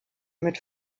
mit